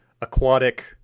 aquatic